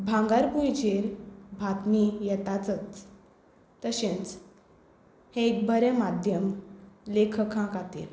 भांगरभूंयचेर बातमी येतातच तशेंच हें एक बरें माध्यम लेखकां खातीर